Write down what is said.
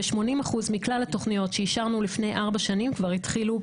80% מכלל התוכניות שאישרנו לפני ארבע שנים כבר התחילו ביצוע.